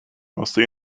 mostly